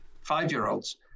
five-year-olds